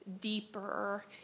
deeper